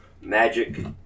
magic